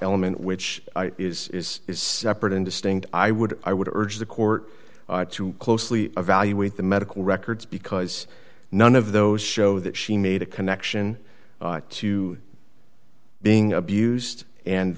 element which is separate and distinct i would i would urge the court to closely evaluate the medical records because none of those show that she made a connection to being abused and